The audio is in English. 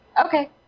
Okay